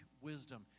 wisdom